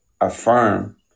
affirm